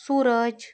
Suraj